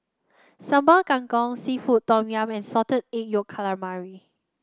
Sambal Kangkong seafood Tom Yum and Salted Egg Yolk Calamari